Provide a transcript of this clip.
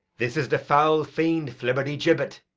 this is the foul fiend flibbertigibbet.